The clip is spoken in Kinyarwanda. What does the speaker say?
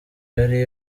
yari